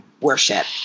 worship